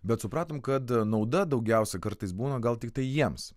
bet supratom kad nauda daugiausiai kartais būna gal tiktai jiems